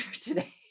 today